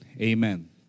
Amen